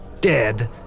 dead